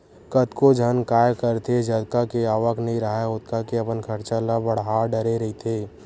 कतको झन काय करथे जतका के आवक नइ राहय ओतका के अपन खरचा ल बड़हा डरे रहिथे